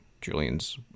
Julian's